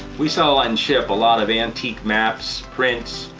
we sell and ship a lot of antique maps, prints,